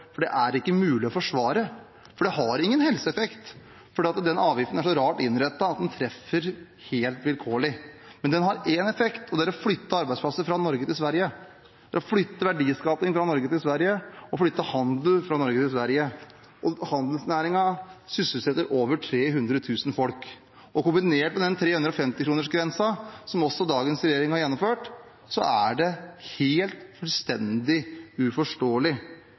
for det er ikke mulig å forsvare. Det har ingen helseeffekt fordi den avgiften er så rart innrettet at den treffer helt vilkårlig. Men den har én effekt, og det er å flytte arbeidsplasser fra Norge til Sverige, det er å flytte verdiskaping fra Norge til Sverige, å flytte handel fra Norge til Sverige. Handelsnæringen sysselsetter over 300 000 folk. Kombinert med den 350-kronersgrensen som dagens regjering også har gjennomført, er det helt, fullstendig, uforståelig.